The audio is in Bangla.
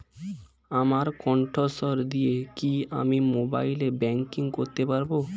আমার কন্ঠস্বর দিয়ে কি আমি মোবাইলে ব্যাংকিং করতে পারবো?